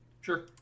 Sure